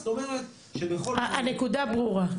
זאת אומרת שבכל --- הנקודה ברורה,